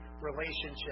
relationship